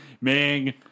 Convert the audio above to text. Ming